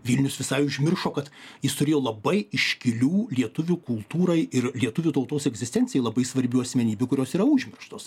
vilnius visai užmiršo kad jis turėjo labai iškilių lietuvių kultūrai ir lietuvių tautos egzistencijai labai svarbių asmenybių kurios yra užmirštos